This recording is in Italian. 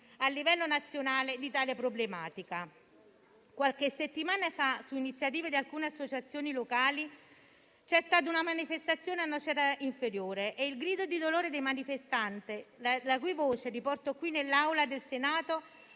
a livello nazionale di tale problematica. Qualche settimana fa, su iniziativa di alcune associazioni locali, c'è stata una manifestazione a Nocera inferiore e il grido di dolore dei manifestanti, la cui voce riporto qui nell'Aula del Senato,